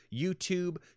YouTube